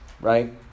Right